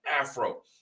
afro